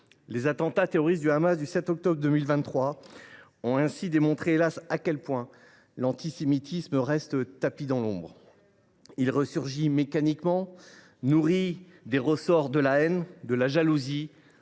Les attentats terroristes du Hamas du 7 octobre 2023 ont ainsi démontré à quel point l’antisémitisme reste tapi dans l’ombre. Il resurgit mécaniquement, nourri des ressorts de la haine, de la jalousie,